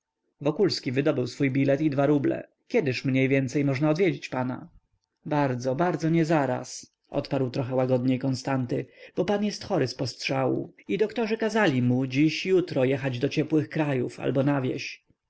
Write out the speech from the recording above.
doktor wokulski wydobył swój bilet i dwa ruble kiedyż mniej więcej można odwiedzić pana bardzo bardzo nie zaraz odparł trochę łagodniej konstanty bo pan jest chory z postrzału i doktorzy kazali mu dziś jutro jechać do ciepłych krajów albo na wieś